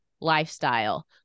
lifestyle